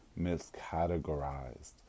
miscategorized